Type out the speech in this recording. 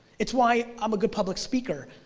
it's why i'm a good public speaker.